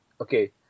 okay